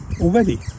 Already